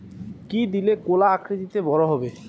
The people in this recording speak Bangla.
কি দিলে কলা আকৃতিতে বড় হবে?